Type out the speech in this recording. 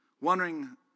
Wondering